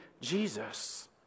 Jesus